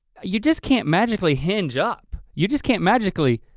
you just can't magically hinge up. you just can't magically,